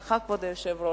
ולך, כבוד היושב-ראש.